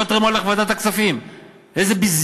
בוא תראה מה הולך בוועדת הכספים,